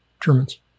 Germans